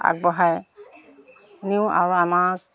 আগবঢ়াই নিওঁ আৰু আমাক